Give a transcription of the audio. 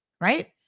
right